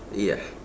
yes